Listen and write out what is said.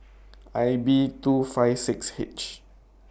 I B two five six H